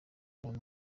umuntu